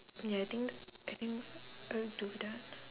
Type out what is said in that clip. ya I think I think I would do that